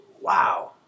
wow